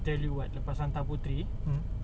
at least aku dah tunggu sana pukul empat setengah apa